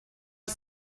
are